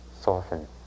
soften